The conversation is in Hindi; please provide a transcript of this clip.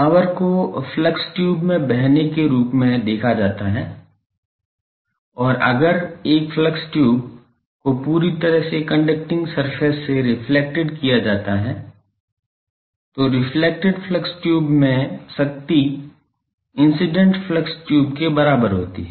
पावर को फ्लक्स ट्यूब में बहने के रूप में देखा जाता है और अगर एक फ्लक्स ट्यूब को पूरी तरह से कंडक्टिंग सरफेस से रिफ्लेक्टेड किया जाता है तो रिफ्लेक्टेड फ्लक्स ट्यूब में शक्ति इंसिडेंट फ्लक्स ट्यूब के बराबर होती है